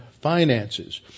finances